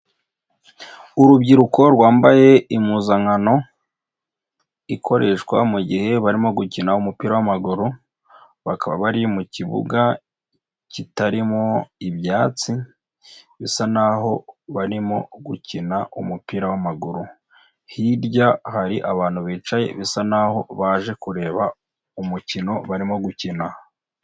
Urubyiruko rwambaye impuzankano ikoreshwa mugihe barimo gukina umupira w'amaguru bakaba bari mukibuga kitarimo ibyatsi bisa naho barimo gukina umupira w'amaguru, hirya hari abantu bicaye bisa naho baje kureba umukino barimo gukina.